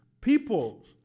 People